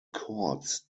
courts